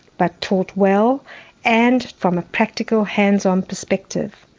but taught well and from a practical hands-on perspective.